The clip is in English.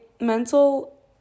mental